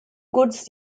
goods